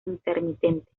intermitente